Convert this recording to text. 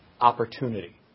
opportunity